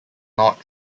not